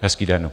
Hezký den.